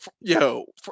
yo